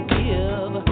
give